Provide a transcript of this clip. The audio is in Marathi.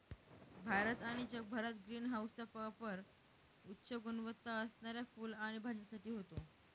भारत आणि जगभरात ग्रीन हाऊसचा पापर उच्च गुणवत्ता असणाऱ्या फुलं आणि भाज्यांसाठी होतो